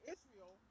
Israel